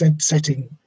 setting